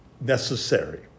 necessary